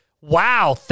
Wow